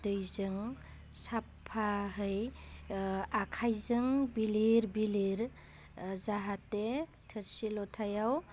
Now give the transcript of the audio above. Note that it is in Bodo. दैजों साफायै आखाइजों बिलिर बिलिर जाहाथे थोरसि लथायाव